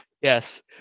yes